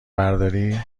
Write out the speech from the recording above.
برداری